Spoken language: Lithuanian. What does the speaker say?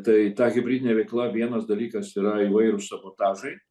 tai ta hibridinė veikla vienas dalykas yra įvairūs sabotažai